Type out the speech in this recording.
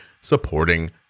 supporting